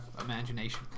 imagination